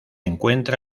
encuentra